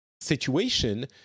situation